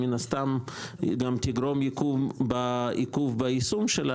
שמן הסתם היא גם תגרום עיכוב ביישום שלה,